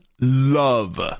love